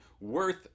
worth